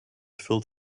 filled